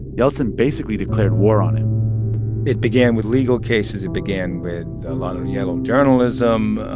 yeltsin basically declared war on him it began with legal cases. it began with a lot of yellow journalism.